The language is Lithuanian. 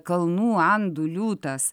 kalnų andų liūtas